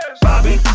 bobby